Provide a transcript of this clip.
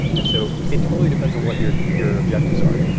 and so it totally depends on what your your objectives are.